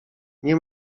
nie